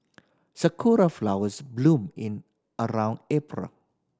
sakura flowers bloom and around April